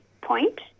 point